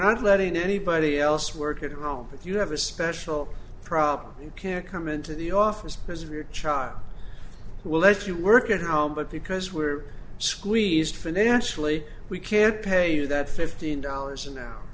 not letting anybody else work at home if you have a special problem you can't come into the office because of your child we'll let you work at home but because we're squeezed financially we can't pay you that fifteen dollars an hour